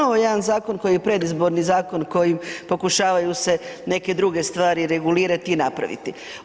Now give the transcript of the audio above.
Ovo je jedan zakon koji je predizborni zakon kojim pokušavaju se neke druge stvari regulirati i napraviti.